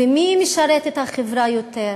ומי משרת את החברה יותר: